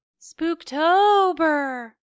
Spooktober